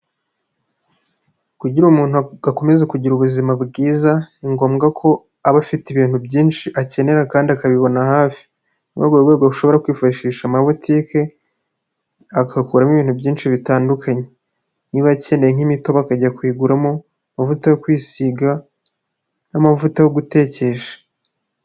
Kugira umuntu akomeze kugira ubuzima bwiza ni ngombwa ko aba afite ibintu byinshi akenera kandi akabibona hafi. Ni muri urwo rwego ashobora kwifashisha amabutike agakuramo ibintu byinshi bitandukanye. Niba akeneye nk'imitobe akajya kuyiguramo, amavuta yo kwisiga n'amavuta yo gutekesha.